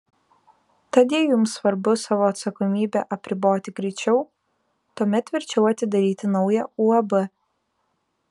tad jei jums svarbu savo atsakomybę apriboti greičiau tuomet verčiau atidaryti naują uab